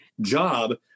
job